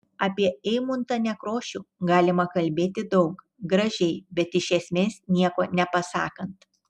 apie eimuntą nekrošių galima kalbėti daug gražiai bet iš esmės nieko nepasakant